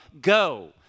go